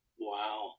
Wow